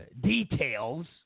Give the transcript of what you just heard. details